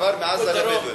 הוא עבר מעזה לבדואים?